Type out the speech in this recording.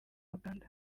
uganda